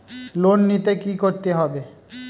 Loan নিতে কী করতে হবে?